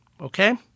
Okay